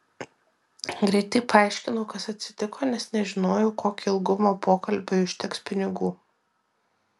greitai paaiškinau kas atsitiko nes nežinojau kokio ilgumo pokalbiui užteks pinigų